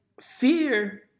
fear